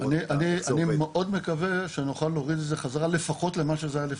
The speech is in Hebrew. אני מאוד מקווה שנוכל להוריד את זה חזרה לפחות למה שזה היה לפני.